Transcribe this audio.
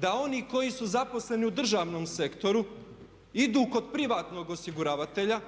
da oni koji su zaposleni u državnom sektoru idu kod privatnog osiguravatelja